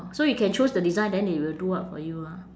so you can choose the design then they will do up for you lah